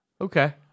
Okay